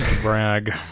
Brag